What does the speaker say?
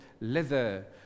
leather